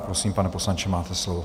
Prosím, pane poslanče, máte slovo.